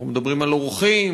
אנחנו מדברים על אורחים,